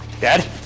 Dad